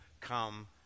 come